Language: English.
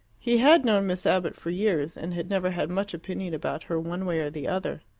he had known miss abbott for years, and had never had much opinion about her one way or the other.